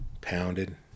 Pounded